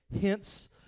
hence